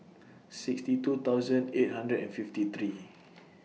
sixty two thousand eight hundred and fifty three